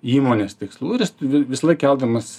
įmonės tikslų ir jis vi visąlaik keldamas